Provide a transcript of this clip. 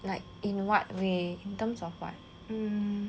like in what way in terms of what